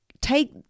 take